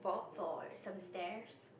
for some stares